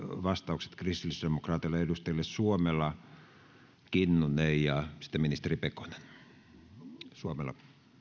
vastaukset kristillisdemokraateille edustajille suomela kinnunen ja sitten ministeri pekonen